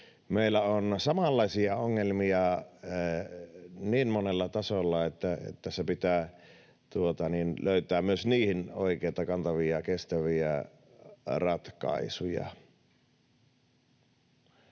meillä on samanlaisia ongelmia niin monella tasolla, että tässä pitää löytää myös niihin oikeita, kantavia ja kestäviä ratkaisuja.